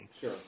Sure